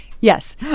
Yes